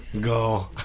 Go